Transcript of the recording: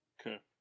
Okay